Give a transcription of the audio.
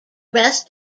rest